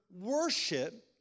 worship